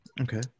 Okay